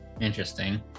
Interesting